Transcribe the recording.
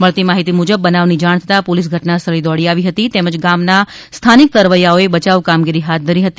મળતી માહિતી મુજબ બનાવની જાણ થતાં પોલિસ ઘટના સ્થળે દોડી આવી હતી તેમજ ગામના સ્થાનિક તરવૈયાઓએ બચાવ કામગીરી હાથ ધરી હતી